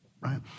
right